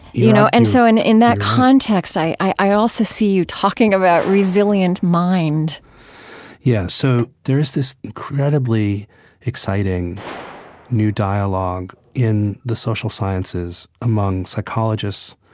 you know, and so in in that context i i also see you talking about resilient mind yeah, so there is this incredibly exciting new dialogue in the social sciences among psychologists,